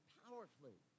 powerfully